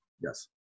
Yes